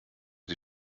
sie